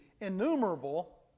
innumerable